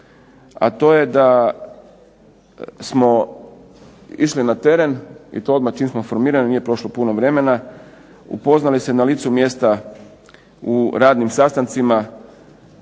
a to je da smo išli na teren i to odmah čim smo formirani, nije prošlo puno vremena. Upoznali se na licu mjesta u radnim sastancima